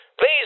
please